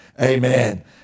Amen